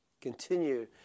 Continue